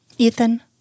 Ethan